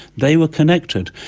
they were connected.